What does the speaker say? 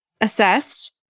assessed